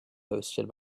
hosted